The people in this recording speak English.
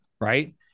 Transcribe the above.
Right